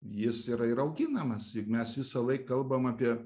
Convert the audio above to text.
jis yra ir auginamas juk mes visąlaik kalbam apie